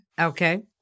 Okay